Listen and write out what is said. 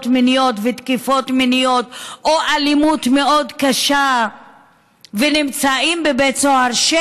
מיניות ותקיפות מיניות או אלימות מאוד קשה ונמצאים בבית סוהר,